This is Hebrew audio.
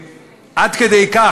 עד כדי כך.